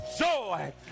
joy